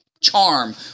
charm